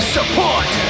Support